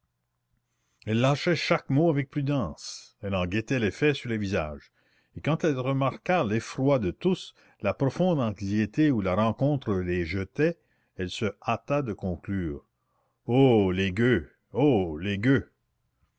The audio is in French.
elle lâchait chaque mot avec prudence elle en guettait l'effet sur les visages et quand elle remarqua l'effroi de tous la profonde anxiété où la rencontre les jetait elle se hâta de conclure oh les gueux oh les